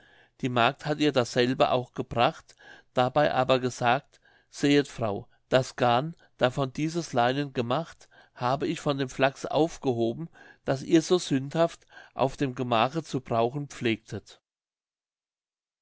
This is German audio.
die magd hat ihr dasselbe auch gebracht dabei aber gesagt sehet frau das garn davon dieses leinen gemacht habe ich von dem flachs aufgehoben das ihr so sündhaft auf dem gemache zu brauchen pflegtet